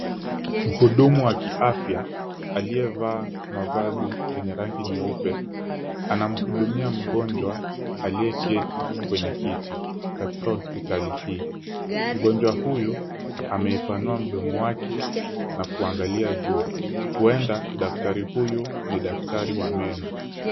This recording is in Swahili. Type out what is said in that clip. Mhudumu wa kiafya aliyevaa mavazi yenye rangi nyeupe anamhudumia mgonjwa aliyeketi kwenye kiti katika hospitali hii, mgonjwa huyu ameipanua mdomo wake na kuangalia juu ,huenda daktari huyu ni daktari wa meno.